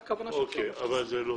אבל זה לא